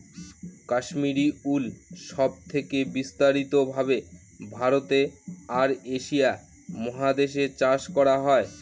Kashmiri wool সব থেকে বিস্তারিত ভাবে ভারতে আর এশিয়া মহাদেশে চাষ করা হয়